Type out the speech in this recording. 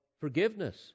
forgiveness